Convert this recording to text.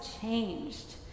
changed